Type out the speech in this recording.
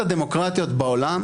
גלעד,